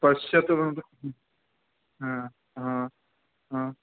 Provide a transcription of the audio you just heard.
पश्यतु हु हा हा हा